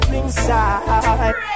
inside